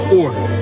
order